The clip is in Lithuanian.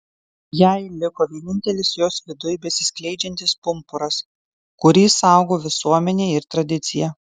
jai liko vienintelis jos viduj besiskleidžiantis pumpuras kurį saugo visuomenė ir tradicija